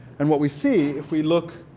and what we see if we look